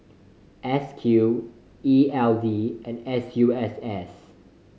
S Q E L D and S U S S